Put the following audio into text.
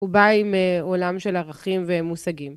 הוא בא עם עולם של ערכים ומושגים